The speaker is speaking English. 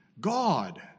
God